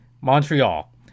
Montreal